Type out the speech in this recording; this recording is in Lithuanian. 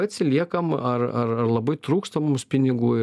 atsiliekam ar ar ar labai trūksta mums pinigų